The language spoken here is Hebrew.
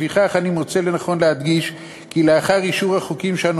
לפיכך אני מוצא לנכון להדגיש כי לאחר אישור החוקים שאנו